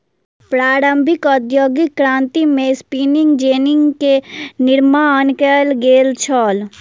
प्रारंभिक औद्योगिक क्रांति में स्पिनिंग जेनी के निर्माण कयल गेल छल